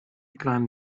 climbed